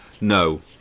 No